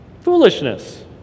Foolishness